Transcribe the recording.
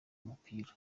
umupira